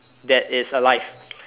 that is alive